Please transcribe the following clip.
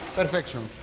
perfection.